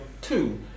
two